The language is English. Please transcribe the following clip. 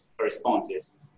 responses